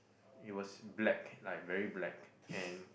it was black like very black and